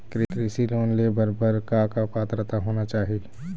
कृषि लोन ले बर बर का का पात्रता होना चाही?